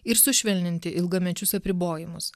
ir sušvelninti ilgamečius apribojimus